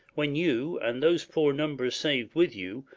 when you, and those poor number sav'd with you,